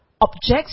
objects